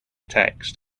text